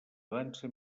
dansa